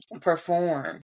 perform